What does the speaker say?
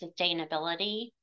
sustainability